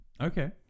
Okay